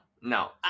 no